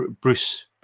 Bruce